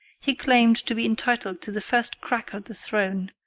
he claimed to be entitled to the first crack at the throne,